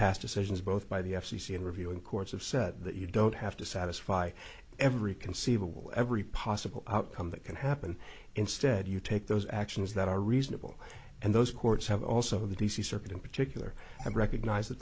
past decisions both by the f c c and reviewing courts have said that you don't have to satisfy every conceivable every possible outcome that can happen instead you take those actions that are reasonable and those courts have also the d c circuit in particular and recognize